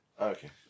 Okay